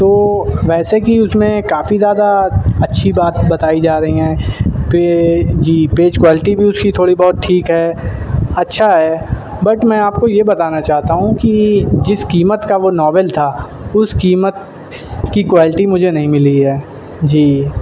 تو ویسے کہ اس میں کافی زیادہ اچھی بات بتائی جا رہی ہیں کہ جی پیج کوائلٹی بھی اس کی تھوڑی بہت ٹھیک ہے اچھا ہے بٹ میں آپ کو یہ بتانا چاہتا ہوں کہ جس قیمت کا وہ ناول تھا اس قیمت کی کوالٹی مجھے نہیں ملی ہے جی